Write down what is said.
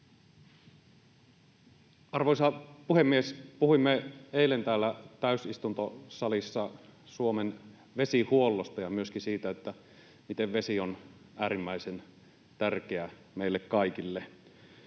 Arvoisa puhemies! Puhuimme eilen täällä täysistuntosalissa Suomen vesihuollosta ja myöskin siitä, miten vesi on äärimmäisen tärkeä meille kaikille.